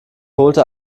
holte